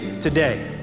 today